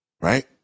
right